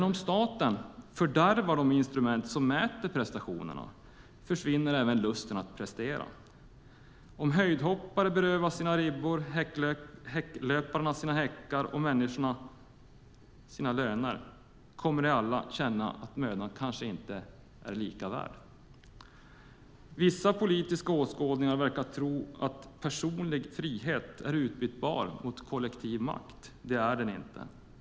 Om staten fördärvar de instrument som mäter prestationer försvinner dock även lusten att prestera. Om höjdhoppare berövas sina ribbor, häcklöparna sina häckar och människorna sina löner kommer de alla att känna att mödan kanske inte är lika värd. Vissa politiska åskådningar verkar tro att personlig frihet är utbytbar mot kollektiv makt. Det är den inte.